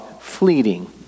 fleeting